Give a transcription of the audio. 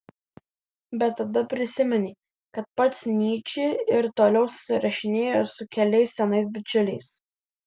bet tada prisiminė kad pats nyčė ir toliau susirašinėjo su keliais senais bičiuliais